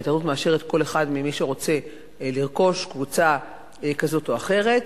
ההתאחדות מאשרת כל אחד ממי שרוצה לרכוש קבוצה כזאת או אחרת,